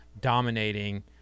dominating